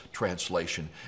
translation